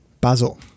basil